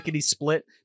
split